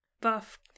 buff